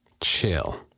Chill